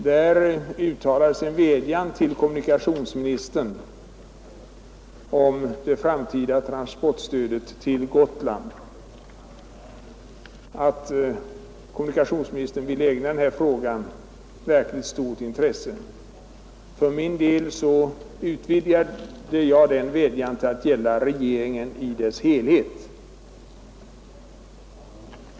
Där uttalades en vädjan till kommunikationsministern att ägna frågan om det framtida transportstödet till Gotland verkligt stort intresse. Själv utvidgade jag den vädjan till att gälla regeringen i dess helhet.